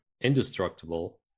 indestructible